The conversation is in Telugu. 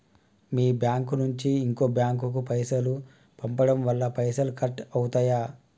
మీ బ్యాంకు నుంచి ఇంకో బ్యాంకు కు పైసలు పంపడం వల్ల పైసలు కట్ అవుతయా?